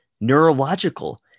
Neurological